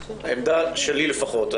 העמדה שלי לפחות,